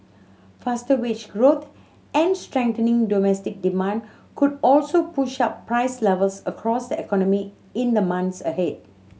faster wage growth and strengthening domestic demand could also push up price levels across the economy in the month ahead